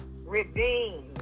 redeemed